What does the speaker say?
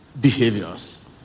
behaviors